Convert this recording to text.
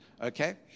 Okay